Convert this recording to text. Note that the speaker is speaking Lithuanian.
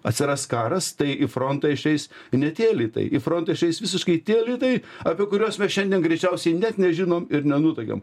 atsiras karas tai į frontą išeis ne tie elitai į frontą išeis visiškai tie elitai apie kuriuos mes šiandien greičiausiai net nežinom ir nenutuokiam